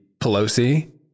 Pelosi